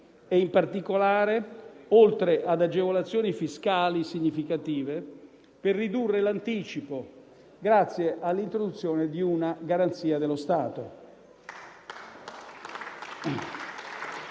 e in particolare, oltre ad agevolazioni fiscali significative, per ridurre l'anticipo grazie all'introduzione di una garanzia dello Stato.